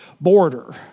border